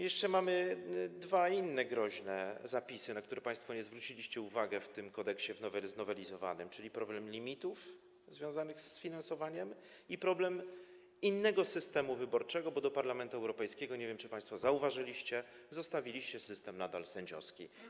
Jeszcze mamy dwa inne groźne zapisy, na które państwo nie zwróciliście uwagi, w tym znowelizowanym kodeksie, czyli problem limitów związanych z finansowaniem i problem innego systemu wyborczego, bo w przypadku Parlamentu Europejskiego, nie wiem, czy państwo zauważyliście, zostawiliście system sędziowski.